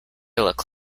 look